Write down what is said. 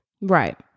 right